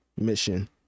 mission